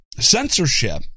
censorship